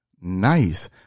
nice